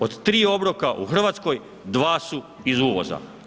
Od 3 obroka u Hrvatskoj, dva su iz uvoza.